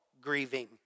grieving